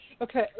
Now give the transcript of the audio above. Okay